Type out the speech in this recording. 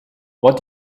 what